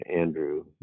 Andrew